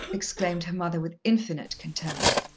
exclaimed her mother with infinite contempt.